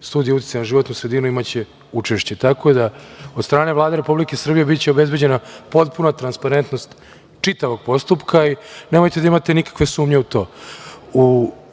studija uticaja na životnu sredinu, imaće učešće. Tako da, od strane Vlade Republike Srbije, biće obezbeđena potpuna transparentnost čitavog postupka, i nemojte da imate nikakve sumnje u to.Za